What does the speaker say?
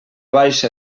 baixa